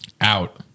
Out